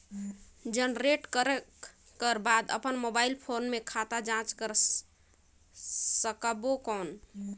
Generate करक कर बाद अपन मोबाइल फोन मे खाता जांच कर सकबो कौन?